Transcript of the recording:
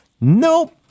Nope